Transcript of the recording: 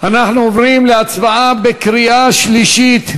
אנחנו עוברים להצבעה בקריאה שלישית.